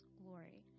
glory